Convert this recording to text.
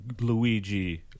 Luigi